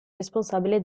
responsabile